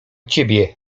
ciebie